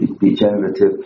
degenerative